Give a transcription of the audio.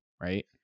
right